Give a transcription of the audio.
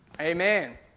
Amen